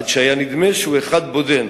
עד שהיה נדמה שהוא אחד בודד.